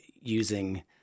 using